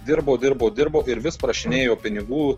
dirbo dirbo dirbo ir vis prašinėjo pinigų